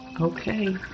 Okay